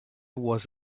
was